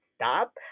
stop